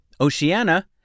Oceania